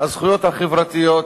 הזכויות החברתיות